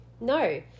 no